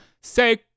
say